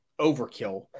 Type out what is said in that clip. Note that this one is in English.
overkill